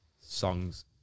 songs